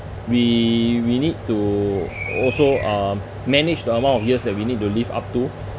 we we need to also um manage the amount of years that we need to live up to